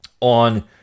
on